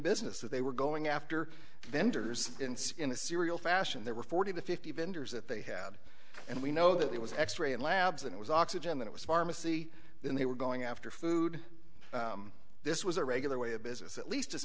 business that they were going after vendors in a serial fashion there were forty to fifty vendors that they had and we know that it was x ray and labs and it was oxygen it was pharmacy then they were going after food this was a regular way of business at least as